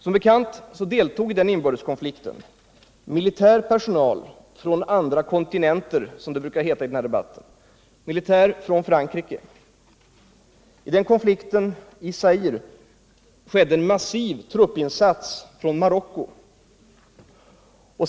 Som bekant deltog i den inbördeskonflikten militär personal från andra kontinenter, som det brukar heta i den här debatten, t.ex. militär från Frankrike. I denna konflikt skedde en massiv truppinsats från Marocko.